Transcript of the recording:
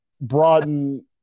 broaden